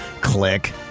Click